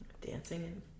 Dancing